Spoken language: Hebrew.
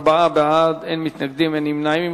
ארבעה בעד, אין מתנגדים ואין נמנעים.